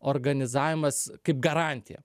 organizavimas kaip garantija